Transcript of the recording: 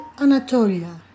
Anatolia